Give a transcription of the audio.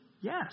Yes